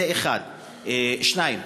שאלה שנייה,